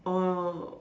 orh